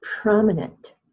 prominent